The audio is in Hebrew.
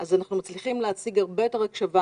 אז אנחנו מצליחים להשיג הרבה יותר הקשבה